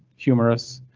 humorous,